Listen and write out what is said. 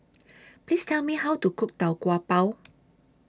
Please Tell Me How to Cook Tau Kwa Pau